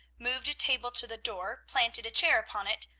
moved a table to the door, planted a chair upon it,